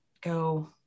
go